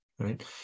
Right